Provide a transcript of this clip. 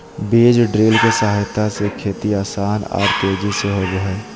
बीज ड्रिल के सहायता से खेती आसान आर तेजी से होबई हई